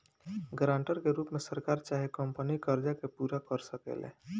guarantor के रूप में सरकार चाहे कंपनी कर्जा के पूरा कर सकेले